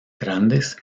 grandes